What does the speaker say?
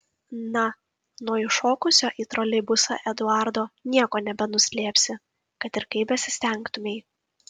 na nuo įšokusio į troleibusą eduardo nieko nebenuslėpsi kad ir kaip besistengtumei